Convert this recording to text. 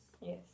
Yes